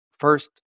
First